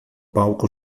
palco